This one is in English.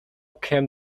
came